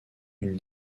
une